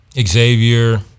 Xavier